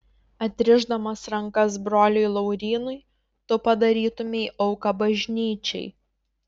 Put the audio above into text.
atrišdamas rankas broliui laurynui tu padarytumei auką bažnyčiai